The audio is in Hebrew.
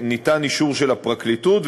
ניתן אישור של הפרקליטות,